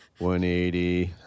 180